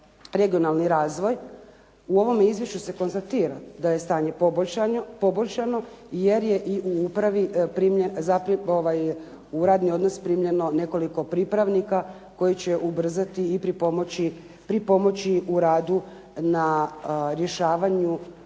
regionalni razvoj, u ovom izvješću se konstatira da je stanje poboljšano jer je i u upravi u radni odnos primljeno nekoliko pripravnika koji će ubrzati i pripomoći u radu na rješavanju